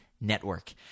network